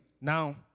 Now